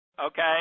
okay